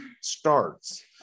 starts